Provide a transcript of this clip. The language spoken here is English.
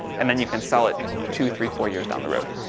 and then you can sell it two, three, four years down the road.